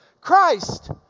Christ